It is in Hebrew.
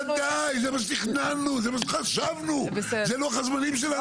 דבר שני,